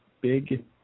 big